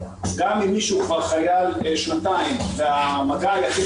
גם אם מישהו חייל כבר שנתיים והמגע היחיד